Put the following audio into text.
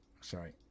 Sorry